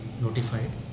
notified